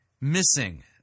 missing